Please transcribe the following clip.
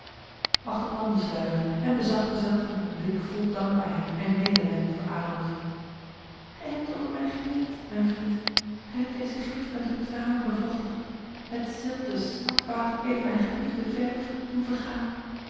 machteld nam de sluier en bezag dezelve met een blik vol dankbaarheid en medelijden voor adolf gij hebt over mij geweend mijn vriend gij hebt deze gift met uw tranen bevochtigd het zilte smartwater heeft mijn geliefde verf doen vergaan